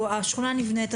שהשכונה נבנית,